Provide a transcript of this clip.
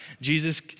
Jesus